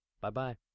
Bye-bye